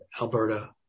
Alberta